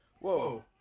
Whoa